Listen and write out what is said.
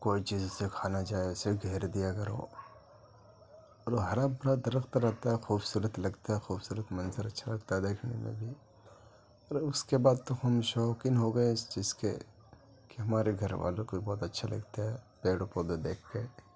کوئی چیز اسے کھا نہ جائے اسے گھیر دیا کرو اور ہرا بھرا درخت رہتا ہے خوبصورت لگتا ہے خوبصورت منظر اچھا لگتا ہے دیکھنے میں بھی اور اس کے بعد تو ہم شوقین ہو گئے اس چیز کے کہ ہمارے گھر والوں کو بہت اچھا لگتا ہے پیڑ پودے دیکھ کے